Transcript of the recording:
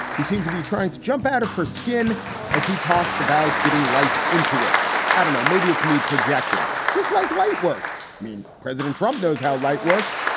you seem to be trying to jump out of her skin as he talked about getting light into it i don't know. maybe it's me projecting just like light works. i mean, president trump knows how light works.